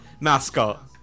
mascot